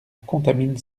contamine